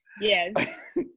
Yes